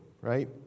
right